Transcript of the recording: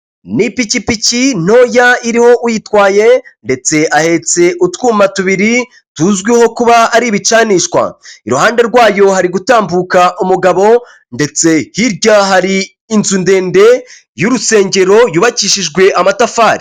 Ni ipikipiki ntoya iriho uyitwaye ndetse ahetse utwuma tubiri tuzwiho kuba ari ibicanishwa, iruhande rwayo hari gutambuka umugabo ndetse hirya hari inzu ndende y'urusengero yubakishijwe amatafari.